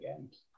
games